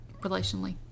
relationally